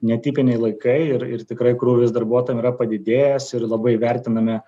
netipiniai laikai ir ir tikrai krūvis darbuotojam yra padidėjęs ir labai vertinami